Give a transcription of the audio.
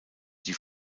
die